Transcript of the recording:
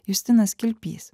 justinas kilpys